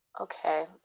okay